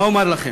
מה אומר לכם?